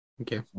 Okay